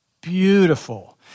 beautiful